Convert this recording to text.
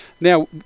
Now